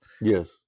Yes